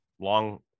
Long